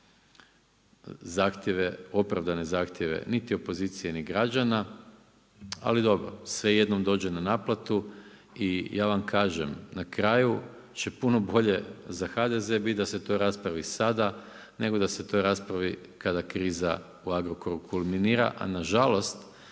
zahtjeve, opravdane zahtjeve niti opozicije ni građana ali dobro, sve jednom dođe na naplatu. I ja vam kažem, na kraju će puno bolje za HDZ biti da se to raspravi sada nego da se to raspravi kada kriza u Agrokoru kulminira a nažalost